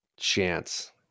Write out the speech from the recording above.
chance